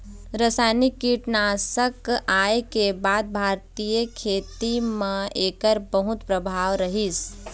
रासायनिक कीटनाशक आए के बाद भारतीय खेती म एकर बहुत प्रभाव रहीसे